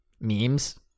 memes